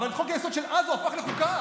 אבל את חוק-היסוד של אז הוא הפך לחוקה.